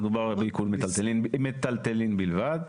מדובר בעיקול מיטלטלין בלבד.